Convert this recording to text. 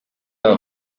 babo